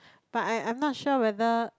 but I I'm not sure whether